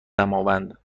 دماوند